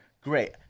great